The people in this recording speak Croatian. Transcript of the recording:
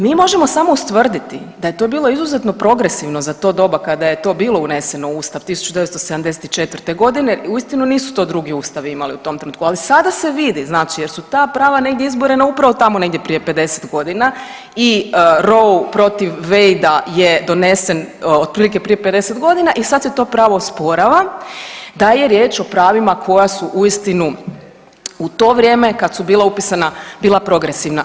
Mi možemo samo ustvrditi da je to bilo izuzetno progresivno za to doba kada je to bilo uneseno u ustav 1974.g., uistinu nisu to drugi ustavi imali u tom trenutku, ali sada se vidi, znači jer su ta prava negdje izborena upravo tamo negdje prije 50.g. i Rou protiv Vejda je donesen otprilike prije 50.g. i sad se to pravo osporava, da je riječ o pravima koja su uistinu u to vrijeme kad su bila upisana bila progresivna.